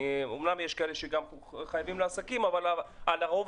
אמנם יש כאלה שגם חייבים לעסקים אבל רוב